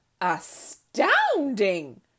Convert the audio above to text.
Astounding